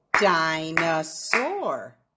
Dinosaur